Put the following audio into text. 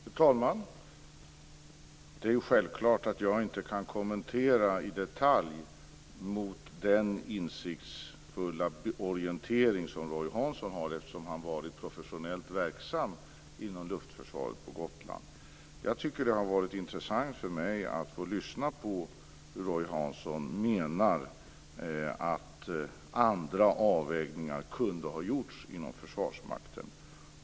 Fru talman! Självklart kan jag inte kommentera i detalj mot den insiktsfulla orientering som Roy Hansson har, eftersom han har varit professionellt verksam inom luftförsvaret på Gotland. Jag tycker att det har varit intressant för mig att få lyssna på hur Roy Hansson menar att andra avvägningar kunde ha gjorts inom Försvarsmakten.